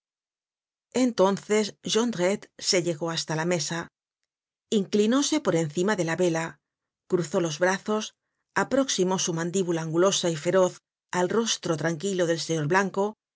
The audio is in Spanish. entonces jondrette se ljegó hasta la mesa inclinóse por encima de la vela cruzólos brazos aproximó su mandíbula angulosa y feroz al rostro tranquilo del señor blanco y